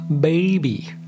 baby